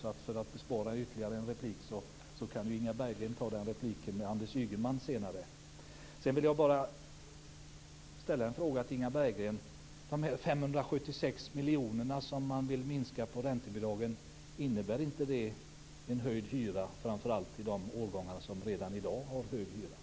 Så för att bespara ytterligare en replik kan Inga Bergren ta den repliken senare på Sedan vill jag bara ställa en fråga till Inga Berggren: Innebär inte de 576 miljonerna som man vill minska på räntebidragen en höjd hyra framför allt i de årgångar som redan i dag har hög hyra?